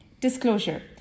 Disclosure